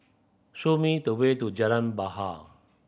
show me the way to Jalan Bahar